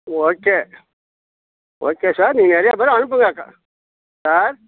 okay okay sir நீங்கள் நிறையா பேயர அனுப்புங்க க சார்